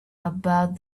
about